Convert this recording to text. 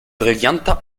brillanter